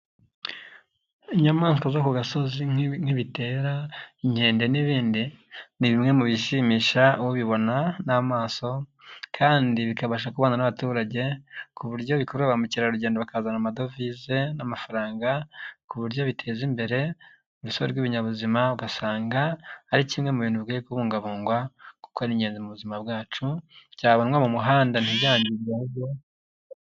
Inyamaswa zo ku gasozi nk'ibitera, inkende n'ibindi ni bimwe mu bishimisha ubibona n'amaso kandi bikabasha kubana n'abaturage ku buryo bikuru ba mukerarugendo bakazana amadovize n'amafaranga ku buryo biteza imbere urusobe rw'ibinyabuzima, ugasanga ari kimwe mu bintu bikwiye kubungabungwa kuko ari ingenzi mu buzima bwacu cyabonwa mu muhanda.